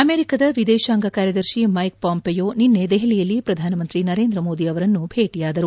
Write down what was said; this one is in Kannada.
ಅಮೆರಿಕದ ವಿದೇಶಾಂಗ ಕಾರ್ಯದರ್ಶಿ ಮೈಕ್ ಪಾಂಪೆಯೊ ನಿನ್ನೆ ದೆಹಲಿಯಲ್ಲಿ ಪ್ರಧಾನಮಂತ್ರಿ ನರೇಂದ್ರ ಮೋದಿ ಅವರನ್ನು ಭೇಟಿಯಾದರು